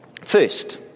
First